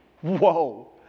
Whoa